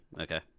Okay